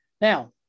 now